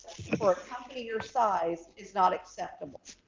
for a company your size is not acceptable.